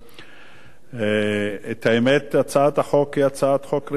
את האמת, הצעת החוק היא הצעת חוק ראויה וטובה.